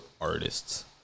artists